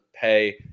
pay